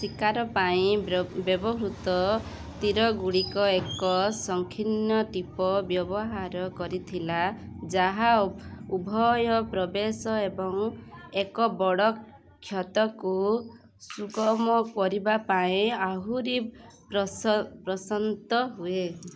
ଶିକାର ପାଇଁ ବ୍ୟବହୃତ ତୀରଗୁଡ଼ିକ ଏକ ସଂଖିର୍ଣ୍ଣ ଟିପ୍ ବ୍ୟବହାର କରିଥିଲା ଯାହା ଉଭୟ ପ୍ରବେଶ ଏବଂ ଏକ ବଡ଼ କ୍ଷତକୁ ସୁଗମ କରିବା ପାଇଁ ଆହୁରି ପ୍ରଶନ୍ତ ହୁଏ